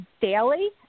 daily